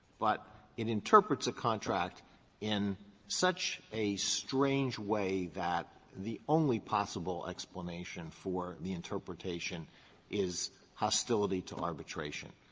but it interprets a contract in such a strange way that the only possible explanation for the interpretation is hostility to arbitration,